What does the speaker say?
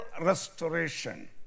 restoration